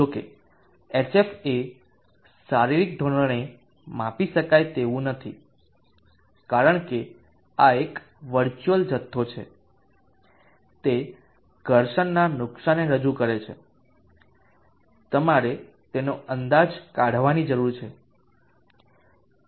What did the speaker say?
જો કે hf એ શારીરિક ધોરણે માપી શકાય તેવું નથી કારણ કે આ એક વર્ચ્યુઅલ જથ્થો છે તે ઘર્ષણના નુકસાનને રજૂ કરે છે તમારે તેનો અંદાજ કાઢવાની જરૂર છે